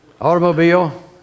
automobile